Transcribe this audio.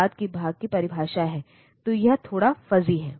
तो वे वास्तव में रीड कंट्रोल हैं और राइट कंट्रोल हैं